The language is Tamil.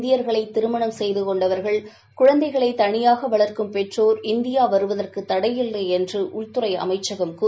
இந்தியர்களை திருமணம் செய்து கொண்டவர்கள் குழந்தைகளை தனியாக வளர்க்கும் பெற்றோர் இந்தியா வருவதற்கு தடையில்லை என்று உள்துறை அமைச்சகம் கூறியுள்ளது